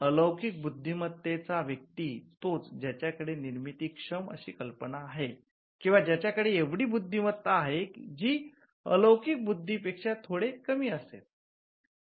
अलौकिक बुद्धिमत्तेचा व्यक्ती तोच ज्याकडे निर्मिती क्षम अशी कल्पना आहे किंवा ज्याच्याकडे एवढी बौद्धिक क्षमता आहे जी अलौकिक बुद्धी पेक्षा थोडे कमी असेल